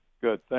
good